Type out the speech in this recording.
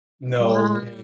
No